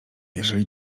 jeżeli